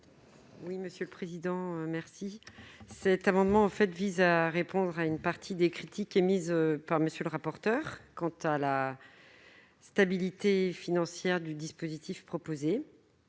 Mme Vanina Paoli-Gagin. Cet amendement vise à répondre à une partie des critiques émises par M. le rapporteur, quant à la stabilité financière du dispositif proposé.